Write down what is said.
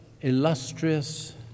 illustrious